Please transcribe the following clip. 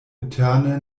interne